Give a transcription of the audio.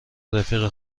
رفیق